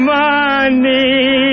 money